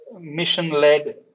mission-led